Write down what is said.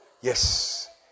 Yes